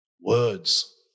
Words